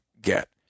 get